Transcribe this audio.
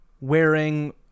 wearing